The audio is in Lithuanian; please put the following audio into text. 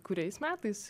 kuriais metais